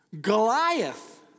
Goliath